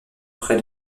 près